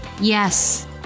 Yes